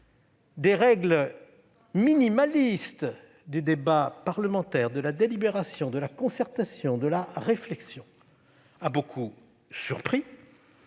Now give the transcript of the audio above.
des règles minimales du débat parlementaire, de la délibération, de la concertation, de la réflexion, a beaucoup surpris.